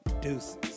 Deuces